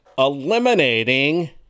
eliminating